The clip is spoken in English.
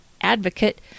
advocate